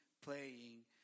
playing